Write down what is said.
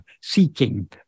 seeking